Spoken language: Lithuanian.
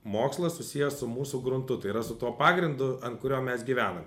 mokslas susijęs su mūsų gruntu tai yra su tuo pagrindu ant kurio mes gyvename